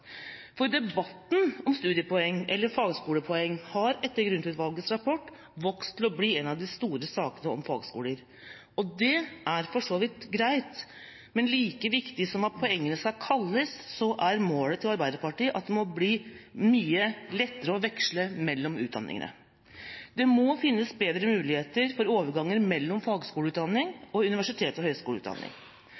studiepoeng. Debatten om studiepoeng eller fagskolepoeng har etter Grund-utvalgets rapport vokst til å bli en av de store sakene om fagskoler. Det er for så vidt greit, men like viktig som hva poengene skal kalles, er målet til Arbeiderpartiet at det må bli mye lettere å veksle mellom utdanningene. Det må finnes bedre muligheter for overgang mellom fagskoleutdanning